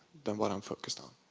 than what i'm focused on.